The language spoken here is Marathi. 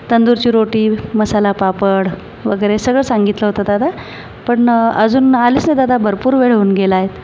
तंदूरची रोटी मसाला पापड वगैरे सगळं सांगितलं होतं दादा पण अजून आलीच नाही दादा भरपूर वेळ होऊन गेला आहे